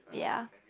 yeah